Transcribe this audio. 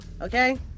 Okay